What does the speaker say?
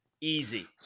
easy